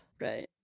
right